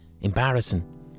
embarrassing